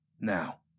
Now